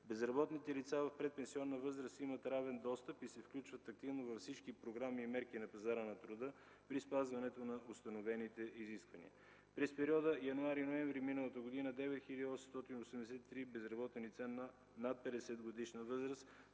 Безработните лица в предпенсионна възраст имат равен достъп и се включват активно във всички програми и мерки на пазара на труда при спазването на установените изисквания. През периода януари-ноември миналата година 9883 безработни лица на над 50-годишна възраст